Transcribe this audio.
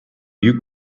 you